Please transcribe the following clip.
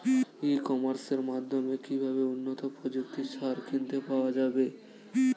ই কমার্সের মাধ্যমে কিভাবে উন্নত প্রযুক্তির সার কিনতে পাওয়া যাবে?